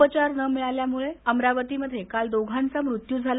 उपचार न मिळाल्यामुळे अमरावतीमध्ये काल दोघांचा मृत्य झाला